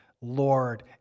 Lord